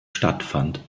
stattfand